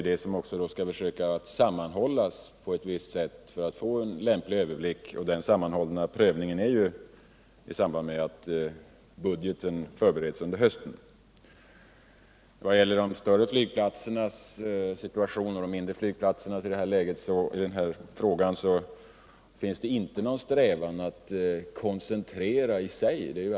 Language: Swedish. Det måste därför göras en sammanhållen prövning för att man skall få en lämplig överblick. Den prövningen sker i samband med att budgeten under hösten förbereds. När det gäller frågan om chartertrafik på de mindre flygplatserna finns det i sig inte någon strävan till en koncentration till de större flygplatserna.